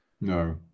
No